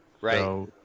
Right